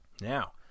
Now